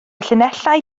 llinellau